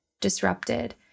disrupted